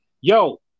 yo